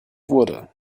wurde